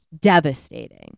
Devastating